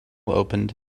opened